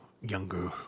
younger